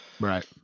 right